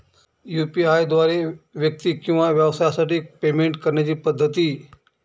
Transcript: UPI द्वारे व्यक्ती किंवा व्यवसायांसाठी पेमेंट करण्याच्या पद्धती